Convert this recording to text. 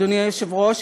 אדוני היושב-ראש,